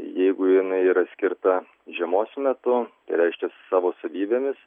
jeigu jinai yra skirta žiemos metu reiškia savo savybėmis